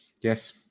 Yes